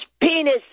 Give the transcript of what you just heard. penis